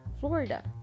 Florida